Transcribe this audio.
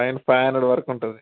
fine five hundred వరకు ఉంటుంది